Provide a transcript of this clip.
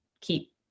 keep